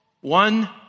one